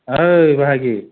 ओइ बाहागि